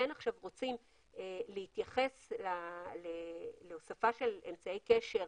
רוצים עכשיו להתייחס להוספה של אמצעי קשר,